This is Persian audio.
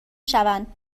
شوند